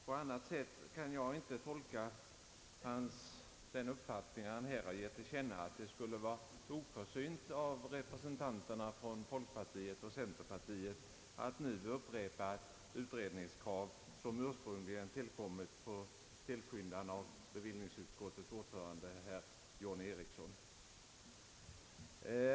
På annat sätt kan jag inte tolka den uppfattning han här givit till känna, nämligen att det skulle vara oförsynt av utskottsrepresentanterna för folkpartiet och centerpartiet att nu upprepa ett utredningskrav som ursprungligen uppkommit på tillskyndan av bevillningsutskottets ordförande herr John Ericsson.